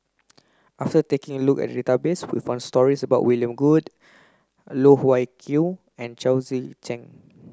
after taking a look at database we found stories about William Goode Loh Wai Kiew and Chao Tzee Cheng